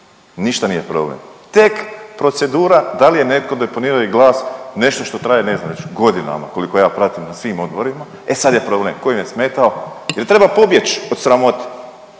ništa nije problem, tek procedura da li je neko deponirani glas, nešto što traje ne znam već godinama koliko ja pratim na svim odborima, e sad je problem koji im je smetao, jer treba pobjeć od sramote